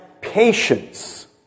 patience